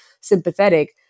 sympathetic